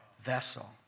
vessel